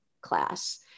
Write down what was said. class